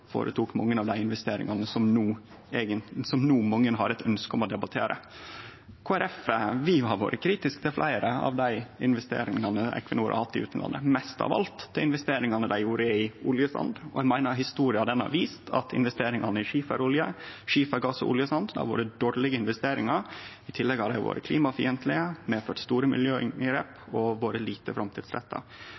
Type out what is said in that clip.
mange av investeringane som mange no har eit ønske om å debattere. Kristeleg Folkeparti har vore kritiske til fleire av investeringane Equinor har hatt i utlandet, mest av alt til investeringane dei gjorde i oljesand, og eg meiner historia har vist at investeringane i skiferolje, skifergass og oljesand har vore dårlege investeringar. I tillegg har dei vore klimafiendtlege, medført store miljøinngrep og vore lite framtidsretta.